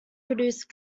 produce